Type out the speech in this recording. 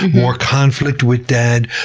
more conflict with dad,